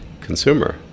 consumer